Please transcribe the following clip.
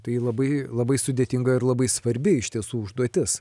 tai labai labai sudėtinga ir labai svarbi iš tiesų užduotis